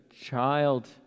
child